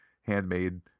handmade